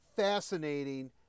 Fascinating